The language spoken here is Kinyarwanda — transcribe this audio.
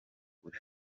ukuri